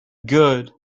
good